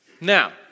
Now